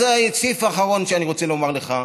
אז הסעיף האחרון שאני רוצה לומר לך,